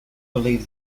believe